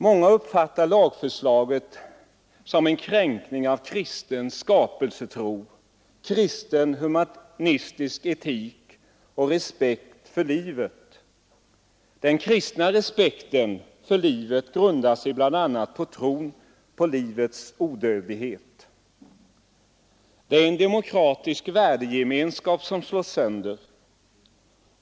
Många uppfattar lagförslaget som en kränkning av kristen skapelsetro, kristen humanistisk etik och respekt för livet. Den kristna respekten för livet grundar sig bl.a. på tron på livets okränkbarhet. Det är en demokratisk värdegemenskap som slås sönder.